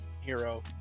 hero